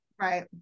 right